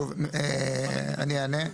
אני אענה.